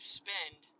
spend